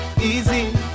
easy